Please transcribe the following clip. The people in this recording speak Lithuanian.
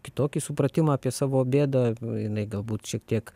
kitokį supratimą apie savo bėdą jinai galbūt šiek tiek